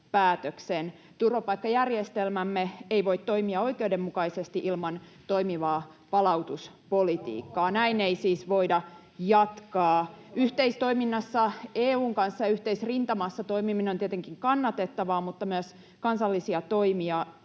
Turvapaikkajärjestelmämme ei voi toimia oikeudenmukaisesti ilman toimivaa palautuspolitiikkaa. [Mika Niikko: Mikä on kokoomuksen vaihtoehto?] Näin ei siis voida jatkaa. EU:n kanssa yhteisrintamassa toimiminen on tietenkin kannatettavaa, mutta myös kansallisia toimia